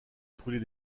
brûler